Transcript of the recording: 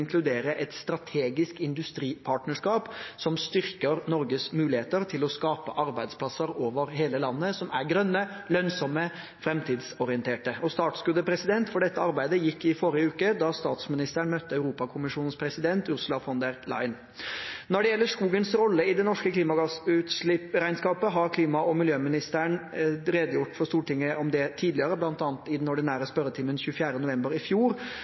et strategisk industripartnerskap som styrker Norges muligheter til å skape arbeidsplasser over hele landet, som er grønne, lønnsomme og framtidsorienterte. Startskuddet for dette arbeidet gikk i forrige uke, da statsministeren møte Europakommisjonens president, Ursula von der Leyen. Når det gjelder skogens rolle i det norske klimagassutslippsregnskapet, har klima- og miljøministeren redegjort for Stortinget om det tidligere, bl.a. i den ordinære spørretimen 24. november i fjor.